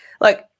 Look